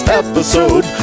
episode